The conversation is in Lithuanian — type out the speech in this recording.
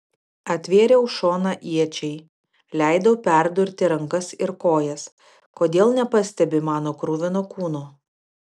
atvėriau šoną iečiai leidau perdurti rankas ir kojas kodėl nepastebi mano kruvino kūno